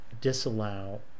disallow